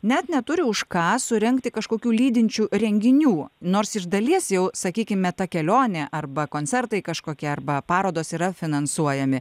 net neturi už ką surengti kažkokių lydinčių renginių nors iš dalies jau sakykime ta kelionė arba koncertai kažkokie arba parodos yra finansuojami